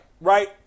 right